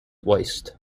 waste